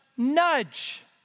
nudge